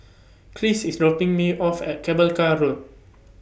Kris IS dropping Me off At Cable Car Road